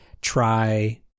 try